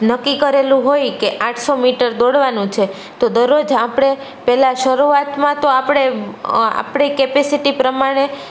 નક્કી કરેલું હોય કે આઠસો મીટર દોડવાનું છે તો દરરોજ આપણે પહેલાં શરૂઆતમાં તો આપણે આપણી કેપેસિટી પ્રમાણે